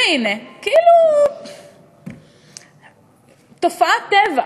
והנה, כאילו תופעת טבע.